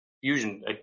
fusion